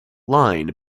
line